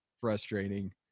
frustrating